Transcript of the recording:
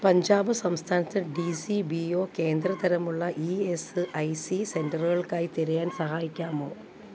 പഞ്ചാബ് സംസ്ഥാനത്ത് D C B O കേന്ദ്ര തരം ഉള്ള ഇ എസ് ഐ സി സെൻറ്ററുകൾക്കായി തിരയാൻ സഹായിക്കാമോ